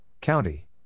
County